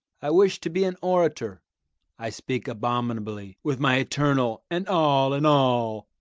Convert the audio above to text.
i wished to be an orator i speak abominably, with my eternal and all, and all,